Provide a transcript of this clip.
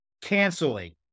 canceling